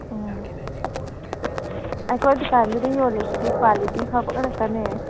ꯑꯣ ꯑꯩꯈꯣꯏ ꯗꯨꯀꯥꯟꯁꯤꯗ ꯌꯣꯜꯂꯤꯁꯤꯗ ꯀ꯭ꯋꯥꯂꯤꯇꯤ ꯐꯕ ꯉꯥꯛꯇꯅꯦ